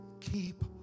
keep